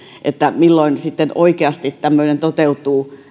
milloin sitten oikeasti tämmöinen toteutuu